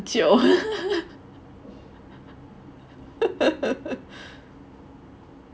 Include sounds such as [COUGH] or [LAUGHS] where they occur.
很久 [LAUGHS]